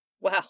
Wow